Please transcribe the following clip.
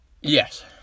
Yes